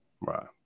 Right